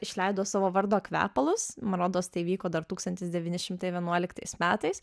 išleido savo vardo kvepalus man rodos tai vyko dar tūkstantis devyni šimtai vienuoliktais metais